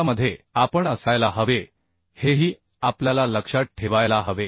त्याच्यामध्ये आपण असायला हवे हेही आपल्याला लक्षात ठेवायला हवे